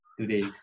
today